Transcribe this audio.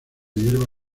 hierba